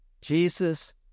Jesus